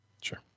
Sure